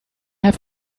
have